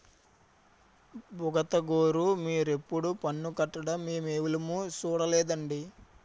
బుగతగోరూ మీరెప్పుడూ పన్ను కట్టడం మేమెవులుమూ సూడలేదండి